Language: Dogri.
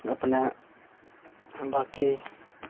अपने बाकी